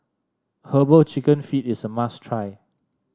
herbal chicken feet is a must try